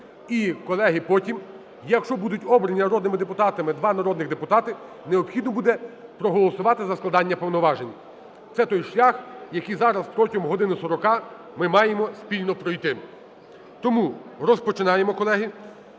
І, колеги, потім, якщо будуть обрані народними депутатами два народних депутати, необхідно буде проголосувати за складення повноважень. Це той шлях, який зараз протягом години 40 ми маємо спільно пройти. Тому розпочинаємо, колеги.